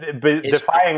Defying